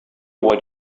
what